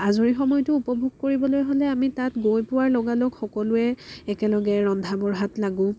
আজৰি সময়টো উপভোগ কৰিবলৈ হ'লে আমি তাত গৈ পোৱাৰ লগালগ সকলোৱে একেলগে ৰন্ধা বঢ়াত লাগোঁ